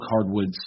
hardwoods